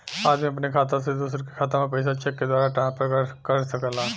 आदमी अपने खाता से दूसरे के खाता में पइसा चेक के द्वारा ट्रांसफर कर सकला